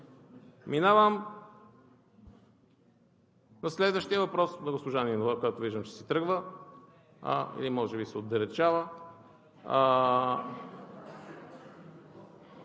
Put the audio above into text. Минавам на следващия въпрос на госпожа Нинова, която виждам, че си тръгва, или може би се отдалечава.